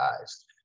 eyes